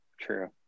true